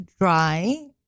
dry